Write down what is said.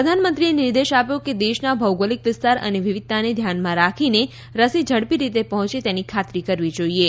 પ્રધાનમંત્રીએ નિર્દેશ આપ્યો કે દેશના ભૌગોલિક વિસ્તાર અને વિવિધતાને ધ્યાનમાં રાખીને રસી ઝડપી રીતે પહોંચે તેની ખાતરી કરવી જોઇએ